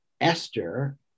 Esther